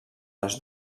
les